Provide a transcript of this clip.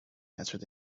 answered